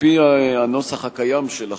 על-פי הנוסח הקיים של החוק,